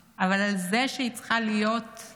אבל היא צריכה להיות עכשיו,